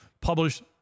published